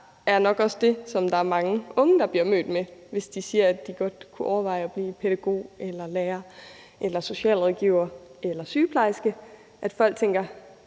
bare nok også er det, som der er mange unge der bliver mødt med, hvis de siger, at de godt kunne overveje at blive pædagog eller lærer eller socialrådgiver eller sygeplejerske, altså at folk tænker: